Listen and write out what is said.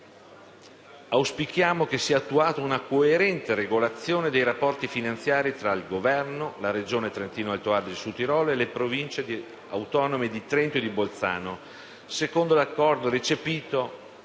auspichiamo che sia attuata una coerente regolazione dei rapporti finanziari tra il Governo, la Regione Trentino-Alto Adige/Südtirol e le Province Autonome di Trento e di Bolzano,